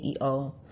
CEO